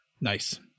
Nice